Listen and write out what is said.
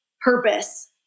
purpose